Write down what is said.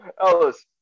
Ellis